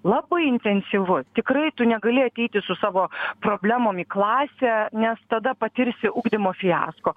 labai intensyvus tikrai tu negali ateiti su savo problemom į klasę nes tada patirsi ugdymo fiasko